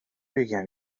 بگم